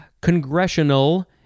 Congressional